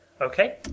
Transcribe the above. Okay